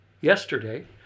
yesterday